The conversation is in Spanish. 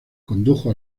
condujo